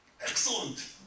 Excellent